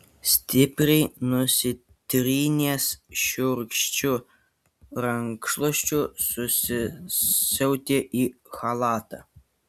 stipriai nusitrynęs šiurkščiu rankšluosčiu susisiautė į chalatą